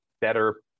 better